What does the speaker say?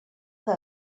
que